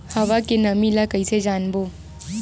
हवा के नमी ल कइसे जानबो?